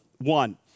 one